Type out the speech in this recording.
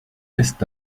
laissent